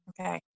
Okay